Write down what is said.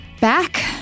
back